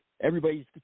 Everybody's